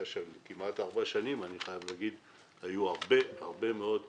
של כמעט ארבע שנים אני חייב להגיד שהיו הרבה שיתופי